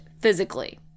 physically